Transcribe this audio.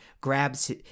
grabs